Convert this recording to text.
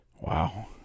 Wow